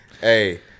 Hey